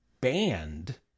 banned